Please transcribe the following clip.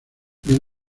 bien